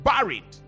buried